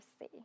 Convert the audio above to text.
see